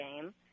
game